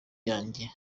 yanjye